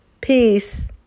Peace